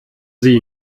sie